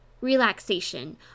relaxation